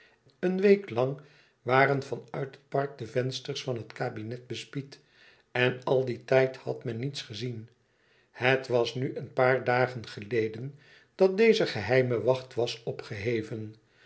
eene week lang waren van uit het park de vensters van het kabinet bespied en al dien tijd had men niets gezien het was nu een paar dagen geleden dat deze geheime wacht was opgeheven